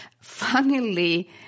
Funnily